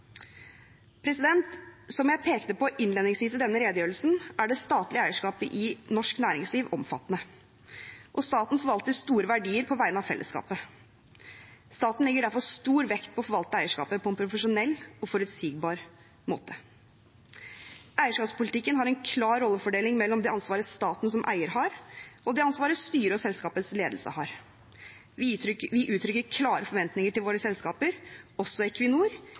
Som jeg pekte på innledningsvis i denne redegjørelsen, er det statlige eierskapet i norsk næringsliv omfattende. Staten forvalter store verdier på vegne av fellesskapet. Staten legger derfor stor vekt på å forvalte eierskapet på en profesjonell og forutsigbar måte. Eierskapspolitikken har en klar rollefordeling mellom det ansvaret staten som eier har, og det ansvaret styret og selskapets ledelse har. Vi uttrykker klare forventninger til våre selskaper, også Equinor,